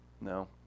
No